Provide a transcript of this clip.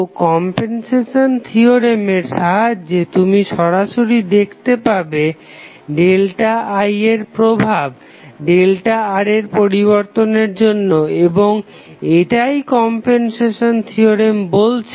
তো কমপেনসেশন থিওরেমের সাহায্যে তুমি সরাসরি দেখতে পাবে ΔI এর প্রভাব ΔR এর পরিবর্তনের জন্য এবং এটাই কমপেনসেশন থিওরেম বলছে